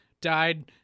died